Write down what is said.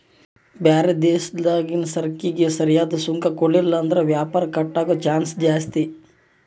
ಬ್ಯಾರೆ ದೇಶುದ್ಲಾಸಿಸರಕಿಗೆ ಸರಿಯಾದ್ ಸುಂಕ ಕೊಡ್ಲಿಲ್ಲುದ್ರ ವ್ಯಾಪಾರ ಕಟ್ ಆಗೋ ಚಾನ್ಸ್ ಜಾಸ್ತಿ